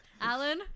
alan